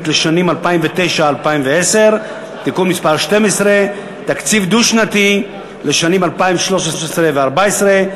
לשנים 2009 ו-2010) (תיקון מס' 12) (תקציב דו-שנתי לשנים 2013 ו-2014),